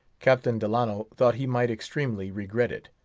captain delano thought he might extremely regret it,